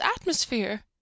atmosphere